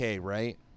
right